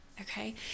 okay